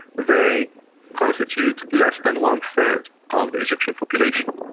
they constitute less than one-third of the egyptian population.